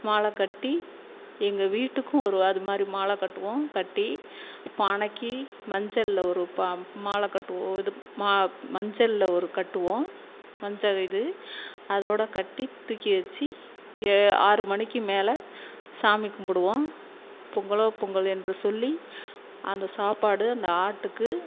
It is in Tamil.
மாலை கட்டி எங்கள் வீட்டுக்கும் ஒரு அதுமாதிரி மாலை கட்டுவோம் கட்டி பானைக்கு மஞ்சளில் ஒரு பா மாலை கட்டுவோம் இது மா மஞ்சளில் ஒரு கட்டுவோம் மஞ்சள் இது அதோடு கட்டி தூக்கி வச்சு எ ஆறு மணிக்கு மேலே சாமி கும்பிடுவோம் பொங்கலோ பொங்கல் என்று சொல்லி அந்த சாப்பாடு அந்த ஆட்டுக்கு